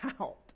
out